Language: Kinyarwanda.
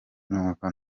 numva